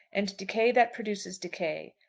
and decay that produces decay.